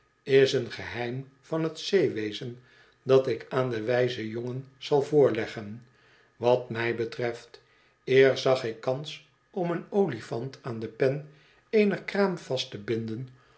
is een geheim van t zeewezen dat ik aan den wyzen jongen zal voorleggen wat mij betreft eer zag ik kans om een olifant aan de pen eener kraam vast to binden